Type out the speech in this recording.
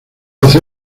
doce